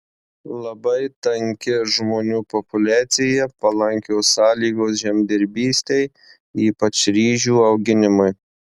labai tanki žmonių populiacija palankios sąlygos žemdirbystei ypač ryžių auginimui